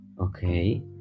Okay